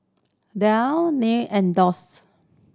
Dell Nan and Doux